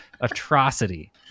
atrocity